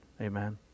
Amen